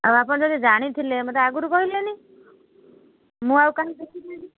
ଆଉ ଆପଣ ଯଦି ଜାଣିଥିଲେ ମୋତେ ଆଗରୁ କହିଲେନି ମୁଁ ଆଉ କାହିଁକି ଦେଖିଥାନ୍ତି